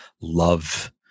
love